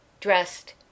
dressed